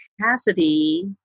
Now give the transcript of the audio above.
capacity